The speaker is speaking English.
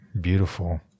beautiful